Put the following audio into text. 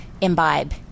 imbibe